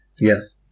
Yes